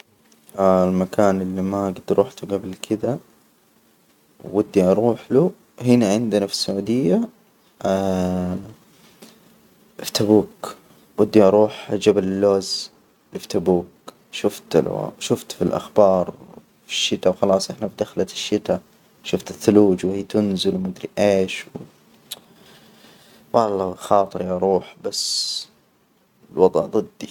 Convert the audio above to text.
المكان اللي ما جد رحته جبل كده. ودي أروح له هنا عندنا في السعودية. في تبوك ودي أروح جبل اللوز في تبوك. شفت لو شفت في الأخبار الشتاء وخلاص، إحنا فى دخلة الشتاء، شفت الثلوج وهي تنزل وما أدري إيش. والله خاطري روح بس الوضع ضدي.